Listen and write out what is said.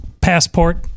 passport